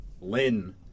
Lynn